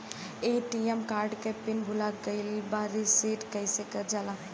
ATM card के pin भूला गइल बा रीसेट कईसे करल जाला?